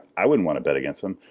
i wouldn't want to bet against them.